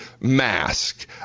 mask